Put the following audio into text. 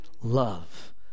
love